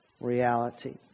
reality